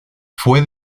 fue